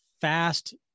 fast